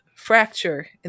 Fracture